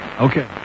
Okay